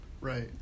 Right